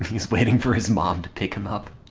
he's waiting for his mom to pick him up.